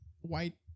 white